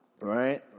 right